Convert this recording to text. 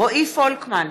רועי פולקמן,